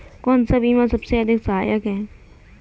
कौन सा बीमा सबसे अधिक सहायक है?